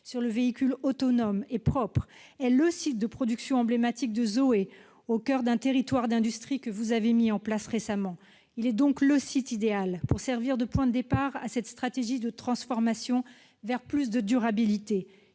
au véhicule autonome et propre, est le site de production emblématique de ZOE, au coeur d'un territoire d'industrie que vous avez récemment mis en place. Il est donc le site idéal pour servir de point de départ à une stratégie de transformation vers plus de durabilité.